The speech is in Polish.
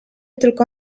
tylko